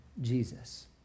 Jesus